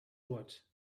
what